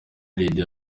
lydie